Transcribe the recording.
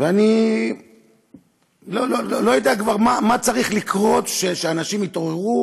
ואני כבר לא יודע מה צריך לקרות כדי שאנשים יתעוררו